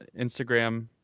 Instagram